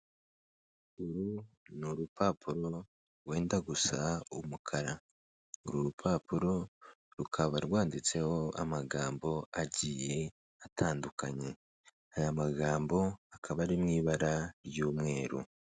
Uru ni urupapuro rwenda gusa umukara. Uru rupapuro rukaba rwanditseho amagambo agiye atandukanye aya magambo akaba ari mu ibara ry'umweru.